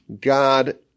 God